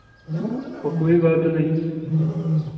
ओ कोई बात नहीं है